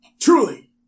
Truly